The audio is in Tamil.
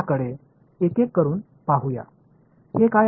இதை ஒவ்வொன்றாக பார்ப்போம் இந்த பையன் என்ன